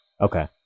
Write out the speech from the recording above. Okay